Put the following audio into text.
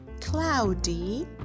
Cloudy